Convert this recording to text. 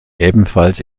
ebenfalls